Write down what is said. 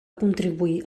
contribuir